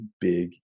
big